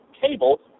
cable